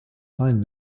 find